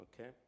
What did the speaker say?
okay